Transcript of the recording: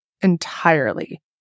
entirely